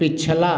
पिछला